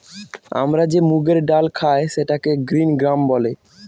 আমরা যে মুগের ডাল খায় সেটাকে গ্রিন গ্রাম বলে